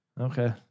Okay